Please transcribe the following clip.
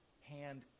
hand